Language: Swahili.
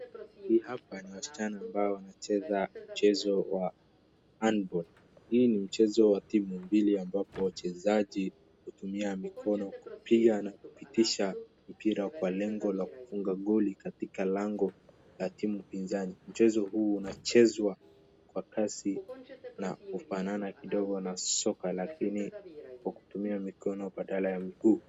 Hii hapa ni wasichana ambao wanacheza mchezo wa handball . Hii ni mchezo wa timu mbili ambapo wachezaji hutumia mikono kupiga na kupitisha mpira kwa lengo la kufunga goli katika lango la timu pinzani. Mchezo huu unachezwa kwa kasi na kufanana kidogo na soka, lakini kwa kutumia mikono badala ya miguu.